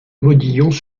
modillons